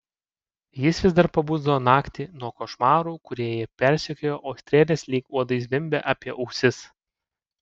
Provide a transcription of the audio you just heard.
jis vis dar pabusdavo naktį nuo košmarų kurie jį persekiojo o strėlės lyg uodai zvimbė apie ausis